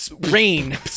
rain